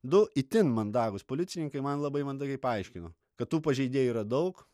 du itin mandagūs policininkai man labai mandagiai paaiškino kad tų pažeidėjų yra daug